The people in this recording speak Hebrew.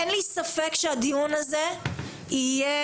אין לי ספק שהדיון הזה יהיה